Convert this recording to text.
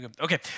Okay